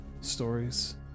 stories